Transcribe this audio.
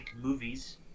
movies